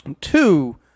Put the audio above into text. Two